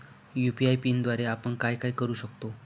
UPI पिनद्वारे आपण काय काय करु शकतो?